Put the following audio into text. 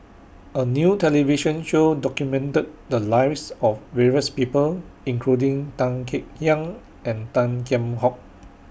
A New television Show documented The Lives of various People including Tan Kek Hiang and Tan Kheam Hock